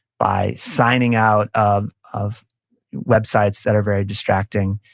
by signing out of of websites that are very distracting,